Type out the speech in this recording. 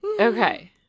Okay